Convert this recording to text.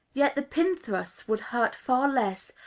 yet the pin-thrusts would hurt far less,